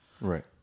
Right